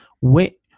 Wait